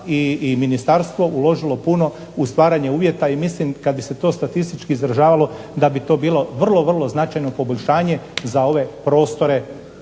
i Ministarstvo uložilo puno u stvaranje uvjeta i mislim kada bi se to statistički izražavalo da bi to bilo značajno poboljšanje za ove prostore,